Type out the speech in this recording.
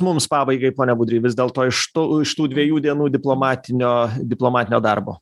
mums pabaigai pone budry vis dėlto iš to iš tų dviejų dienų diplomatinio diplomatinio darbo